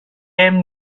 hem